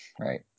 Right